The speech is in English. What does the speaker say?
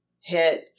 hit